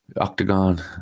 Octagon